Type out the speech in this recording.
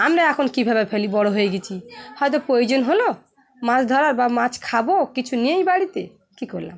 আমরা এখন কীভাবে ফেলি বড়ো হয়ে গেছি হয়তো প্রয়োজন হলো মাছ ধরার বা মাছ খাবো কিছু নেই বাড়িতে কী করলাম